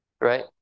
right